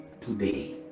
today